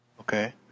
Okay